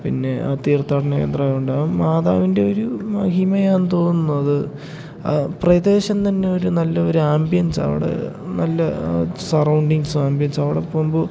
പിന്നെ ആ തീർത്ഥാടന കേന്ദ്രമുണ്ടാവും മാതാവിൻ്റെ ഒരു മഹിമയാണെന്നു തോന്നുന്നു അത് ആ പ്രദേശം തന്നെയൊരു നല്ലയൊരു ആംബിയൻസ് അവിടെ നല്ല സറൗണ്ടിങ്സും ആംമ്പിയൻസ് അവിടെ പോകുമ്പോൾ